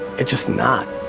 it's just not.